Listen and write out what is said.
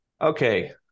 okay